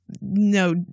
no